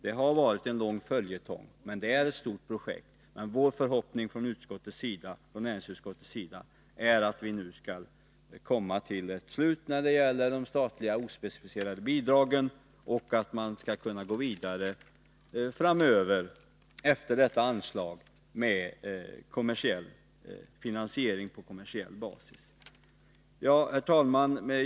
Det har varit en lång följetong, och det är frågan om ett stort projekt, men det är näringsutskottets förhoppning att de ospecificerade statliga bidragen nu skall komma till ett slut och att man efter det nu aktuella bidraget skall kunna gå vidare med en finansiering på kommersiell basis. Herr talman!